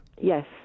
Yes